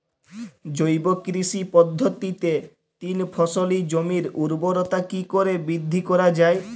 জৈব কৃষি পদ্ধতিতে তিন ফসলী জমির ঊর্বরতা কি করে বৃদ্ধি করা য়ায়?